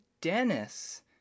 dennis